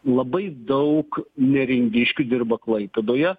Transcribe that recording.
labai daug neringiškių dirba klaipėdoje